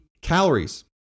calories